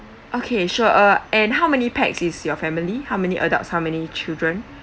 okay sure uh and how many pax is your family how many adults how many children